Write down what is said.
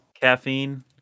caffeine